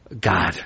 God